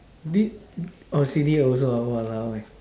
this oh silly also ah !walao! eh